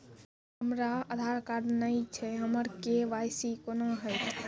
हमरा आधार कार्ड नई छै हमर के.वाई.सी कोना हैत?